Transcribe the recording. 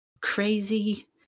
crazy